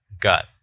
gut